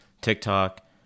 TikTok